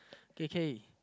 K K